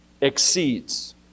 Exceeds